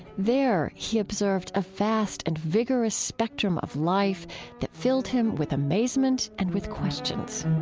there, he observed a vast and vigorous spectrum of life that filled him with amazement and with questions